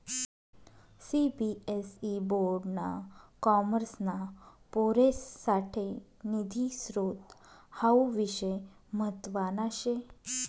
CBSE board ना कॉमर्सना पोरेससाठे निधी स्त्रोत हावू विषय म्हतवाना शे